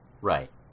Right